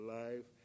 life